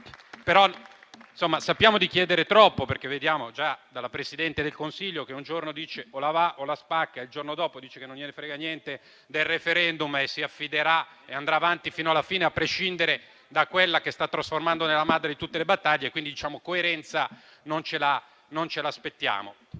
Sappiamo, però, di chiedere troppo, come vediamo già dal Presidente del Consiglio, che un giorno dice: o la va o la spacca e il giorno dopo dice che non le importa niente del *referendum* e andrà avanti fino alla fine, a prescindere dall'esito di quella che sta trasformando nella madre di tutte le battaglie. Quindi, la coerenza non ce l'aspettiamo.